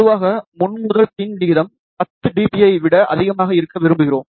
பொதுவாக முன் முதல் பின் விகிதம் 10 dB ஐ விட அதிகமாக இருக்க விரும்புகிறோம்